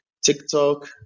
TikTok